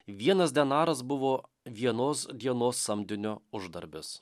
vienas denaras buvo vienos dienos samdinio uždarbis